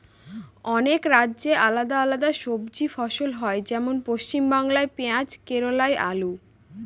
অনেক রাজ্যে আলাদা আলাদা সবজি ফসল হয়, যেমন পশ্চিমবাংলায় পেঁয়াজ কেরালায় আলু